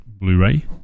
Blu-ray